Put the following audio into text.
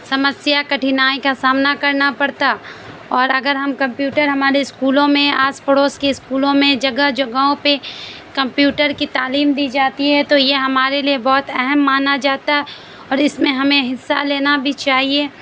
سمسیا کٹھنائی کا سامنا کرنا پڑتا اور اگر ہم کمپیوٹر ہمارے اسکولوں میں آس پڑوس کے اسکولوں میں جگہ جگہوں پہ کمپیوٹر کی تعلیم دی جاتی ہے تو یہ ہمارے لیے بہت اہم مانا جاتا اور اس میں ہمیں حصہ لینا بھی چاہیے